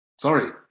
sorry